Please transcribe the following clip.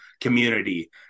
community